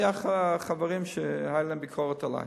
היו חברים שהיתה להם ביקורת עלי,